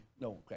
No